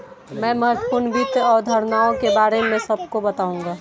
मैं महत्वपूर्ण वित्त अवधारणाओं के बारे में सबको बताऊंगा